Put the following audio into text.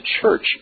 church